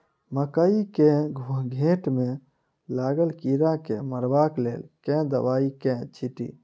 मकई केँ घेँट मे लागल कीड़ा केँ मारबाक लेल केँ दवाई केँ छीटि?